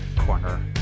Corner